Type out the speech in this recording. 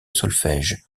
solfège